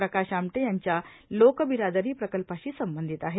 प्रकाश आमटे यांच्या लोकबिरादी प्रकल्पाशी संबंधित आहेत